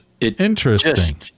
Interesting